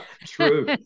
true